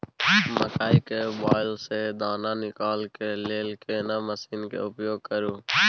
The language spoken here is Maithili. मकई के बाईल स दाना निकालय के लेल केना मसीन के उपयोग करू?